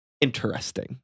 interesting